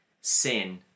sin